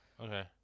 Okay